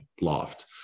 loft